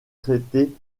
traitée